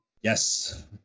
Yes